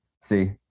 See